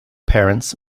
parents